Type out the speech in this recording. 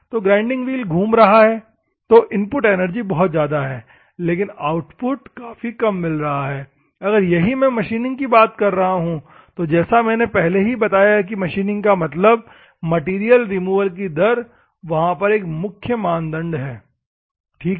तो grinding wheel घूम रहा हैं तो इनपुट एनर्जी बहुत ज्यादा है लेकिन आउटपुट काफी कम मिल रहा है अगर यही मैं मशीनिंग की बात कर रहा हु तो जैसा मैंने पहले ही बताया कि मशीनिंग का मतलब है मैटेरियल रिमूवल की दर वहां पर एक मुख्य मानदंड है ठीक है